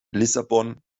lissabon